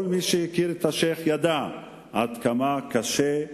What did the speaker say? כל מי שהכיר את השיח' ידע עד כמה קשה